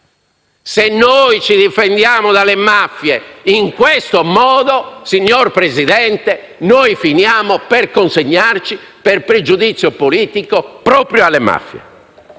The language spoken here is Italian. Se noi ci difendiamo dalle mafie in questo modo, signor Presidente, noi finiamo per consegnarci per pregiudizio politico proprio alle mafie.